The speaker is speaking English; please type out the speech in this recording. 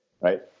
right